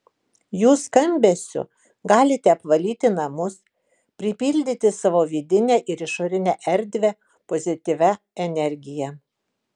jų skambesiu galite apvalyti namus pripildyti savo vidinę ir išorinę erdvę pozityvia energija